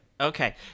Okay